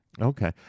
Okay